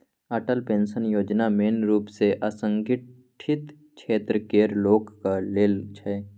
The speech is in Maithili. अटल पेंशन योजना मेन रुप सँ असंगठित क्षेत्र केर लोकक लेल छै